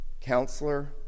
counselor